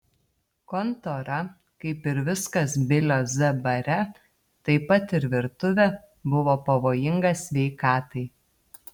kontora kaip ir viskas bilio z bare taip pat ir virtuvė buvo pavojinga sveikatai